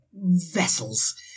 vessels